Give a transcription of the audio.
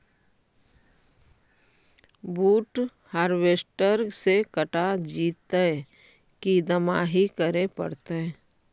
बुट हारबेसटर से कटा जितै कि दमाहि करे पडतै?